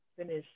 Finish